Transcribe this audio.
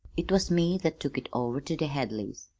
it was me that took it over to the hadleys.